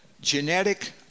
genetic